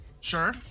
Sure